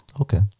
Okay